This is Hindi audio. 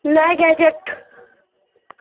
नए गैजेट